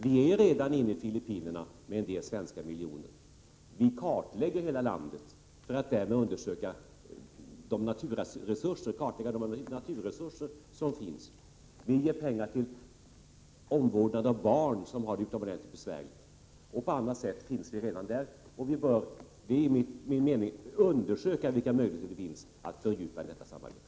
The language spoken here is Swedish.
Vi har redan gått in i Filippinerna med ett antal svenska miljoner. Vi kartlägger hela landet för att undersöka vilka naturresurser som finns. Vi ger pengar till omvårdnad av barn som har det utomordentligt besvärligt och vi är verksamma också på andra sätt. Vi bör enligt min mening undersöka vilka möjligheter som finns att fördjupa detta samarbete.